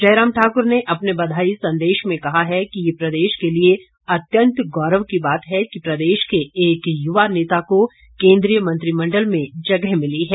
जयराम ठाकुर ने अपने बधाई संदेश में कहा कि यह प्रदेश के लिए अत्यंत गौरव की बात है कि प्रदेश के एक युवा नेता को केन्द्रीय मंत्रिमण्डल में जगह मिली है